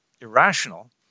irrational